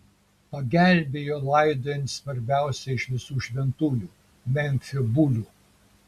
pagelbėjo laidojant svarbiausią iš visų šventųjų memfio bulių